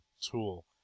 tool